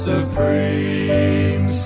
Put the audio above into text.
supreme